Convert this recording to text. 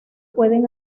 pueden